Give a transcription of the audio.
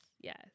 yes